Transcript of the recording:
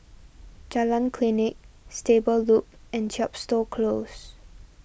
Jalan Klinik Stable Loop and Chepstow Close